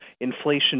inflation